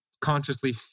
consciously